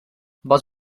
vols